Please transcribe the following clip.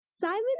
Simon